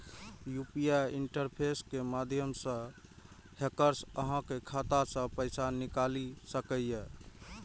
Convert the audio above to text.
UPI interface के माध्यम सं हैकर्स अहांक खाता सं पैसा निकालि सकैए